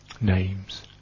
names